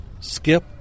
Skip